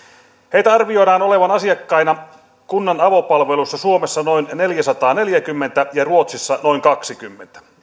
heitä arvioidaan olevan asiakkaina kunnan avopalveluissa suomessa noin neljäsataaneljäkymmentä ja ruotsissa noin kaksikymmentä